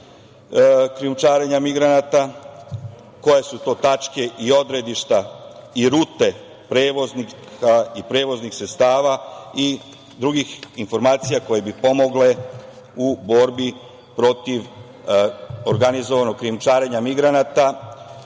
krijumčarenja migranata, koje su to tačke i odredišta i rute, prevoznika i prevoznih sredstava i drugih informacija koje bi pomogle u borbi protiv organizovanog krijumčarenja migranata.